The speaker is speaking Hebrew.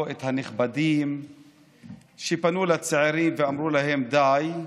לא הנכבדים שפנו לצעירים ואמרו להם די,